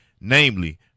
namely